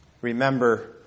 Remember